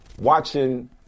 watching